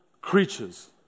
creatures